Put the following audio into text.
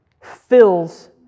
fills